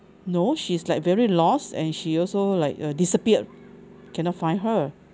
no she's like very lost and she also like uh disappeared cannot find her